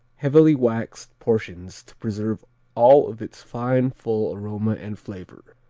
heavily waxed portions to preserve all of its fine, full aroma and flavor.